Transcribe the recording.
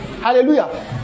Hallelujah